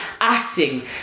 Acting